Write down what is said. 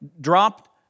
dropped